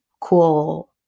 cool